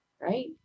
right